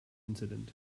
incident